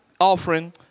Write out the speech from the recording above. offering